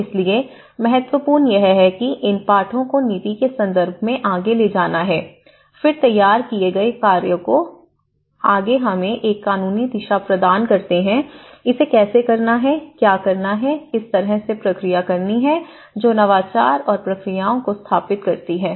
इसलिए महत्वपूर्ण यह है कि इन पाठों को नीति के संदर्भ में आगे ले जाना है फिर तैयार किए गए कार्य जो आगे हमें एक कानूनी दिशा प्रदान करते हैं इसे कैसे करना है क्या करना है किस तरह से प्रक्रिया करनी है जो नवाचार और प्रक्रियाओं को स्थापित करती है